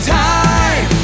time